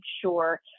sure